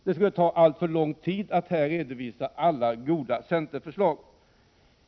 Det skulle ta alltför lång tid att här redovisa alla Prot. 1987/88:42 goda centerförslag.